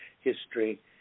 history